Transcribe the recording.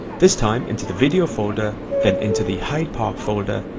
this time into the video folder then into the hyde park folder,